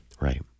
Right